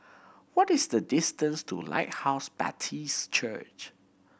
what is the distance to Lighthouse Baptist Church